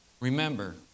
Remember